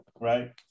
right